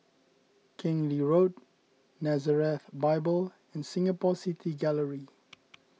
Keng Lee Road Nazareth Bible and Singapore City Gallery